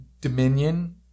dominion